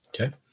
Okay